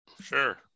Sure